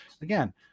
Again